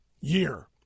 year